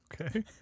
Okay